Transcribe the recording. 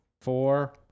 four